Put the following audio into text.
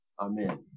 Amen